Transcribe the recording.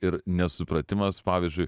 ir nesupratimas pavyzdžiui